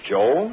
Joe